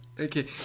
Okay